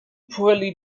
poorly